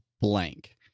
blank